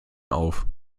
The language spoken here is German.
auf